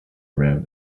around